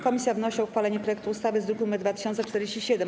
Komisja wnosi o uchwalenie projektu ustawy z druku nr 2047.